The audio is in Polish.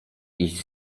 iść